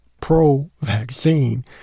pro-vaccine